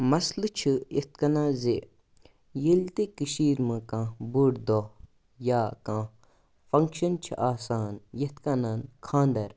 مَسلہٕ چھُ اِتھٕ کٔنۍ زِ ییٚلہِ تہِ کٔشیٖر ما کانٛہہ بوٚڈ دۄہ یا کانٛہہ فَنٛگشَن چھِ آسان یِتھٕ کٔنۍ خانٛدَر